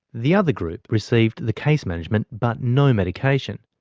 the other group received the case management but no medication.